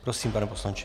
Prosím, pane poslanče.